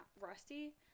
rusty